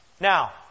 Now